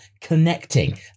connecting